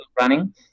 running